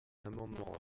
amendement